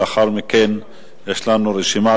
לאחר מכן יש לנו רשימת